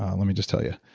um let me just tell you.